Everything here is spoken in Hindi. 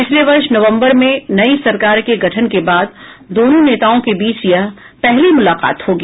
पिछले वर्ष नवम्बर में नई सरकार के गठन के बाद दोनों नेताओं के बीच यह पहली मुलाकात होगी